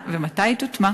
לעיוורים וכבדי ראייה.